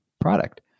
product